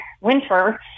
winter